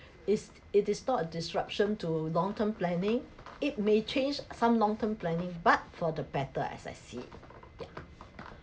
it's it is not a disruption to long term planning it may change some long term planning but for the better as I see it yeah